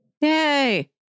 yay